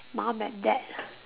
mum and dad